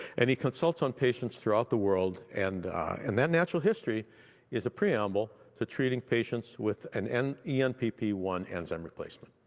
and he consults on patients throughout the world and and their natural history is a preamble to treating patients with an an e n p p one enzyme replacement.